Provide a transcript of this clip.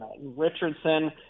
Richardson